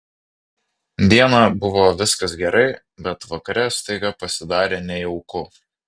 dieną buvo viskas gerai bet vakare staiga pasidarė nejauku